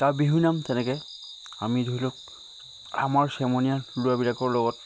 তাৰ বিহুনাম তেনেকে আমি ধৰি লওক আমাৰ চেমনীয়া ল'ৰাবিলাকৰ লগত